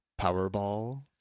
Powerball